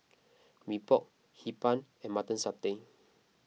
Mee Pok Hee Pan and Mutton Satay